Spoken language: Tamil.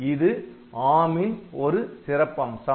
இது ARMன் ஒரு சிறப்பம்சம்